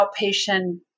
outpatient